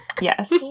Yes